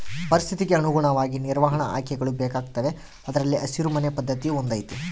ಪರಿಸ್ಥಿತಿಗೆ ಅನುಗುಣವಾಗಿ ನಿರ್ವಹಣಾ ಆಯ್ಕೆಗಳು ಬೇಕಾಗುತ್ತವೆ ಅದರಲ್ಲಿ ಹಸಿರು ಮನೆ ಪದ್ಧತಿಯೂ ಒಂದು ಐತಿ